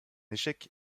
échec